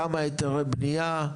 כמה היתרי בניה?